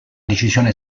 decisione